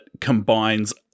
combines